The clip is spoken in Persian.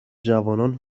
جوانان